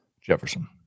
Jefferson